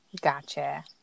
gotcha